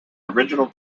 original